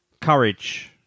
courage